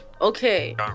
okay